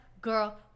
girl